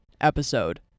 episode